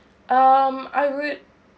um I would